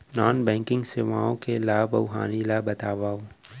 non banking सेवाओं के लाभ अऊ हानि ला बतावव